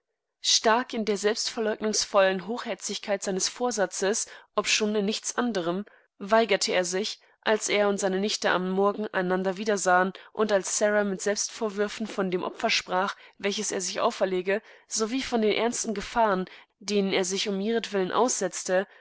stark in der selbstverleugnungsvollen hochherzigkeit seines vorsatzes obschon in nichts anderm weigerte er sich als er und seine nichte am morgen einander wiedersahen und als sara mit selbstvorwürfen von dem opfer sprach welches er sich auferlegte sowie von den ernsten gefahren denen er sich um ihretwillen aussetzte